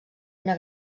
una